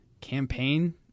Campaign